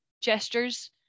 gestures